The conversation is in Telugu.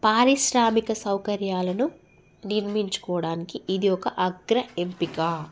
పారిశ్రామిక సౌకర్యాలను నిర్మించుకోవడానికి ఇది ఒక అగ్ర ఎంపిక